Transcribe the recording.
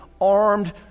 armed